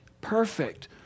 Perfect